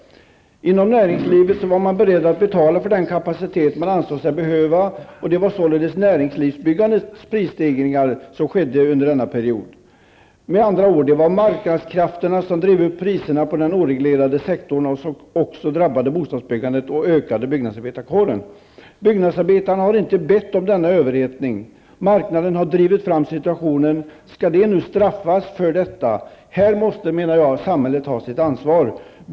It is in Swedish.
Inom näringslivet var man beredd att betala för den kapacitet man ansåg sig behöva. Under denna period skedde således näringslivets prisstegringar. Det var med andra ord marknadskrafterna som drev upp priserna på den oreglerade sektorn, vilket också drabbade bostadsbyggandet och ökade byggnadsarbetarkåren. Byggnadsarbetarna har inte bett om denna överhettning. Marknaden har drivit fram situationen. Skall byggnadsarbetarna nu straffas för detta? Jag menar att samhället måste ta sitt ansvar.